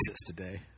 today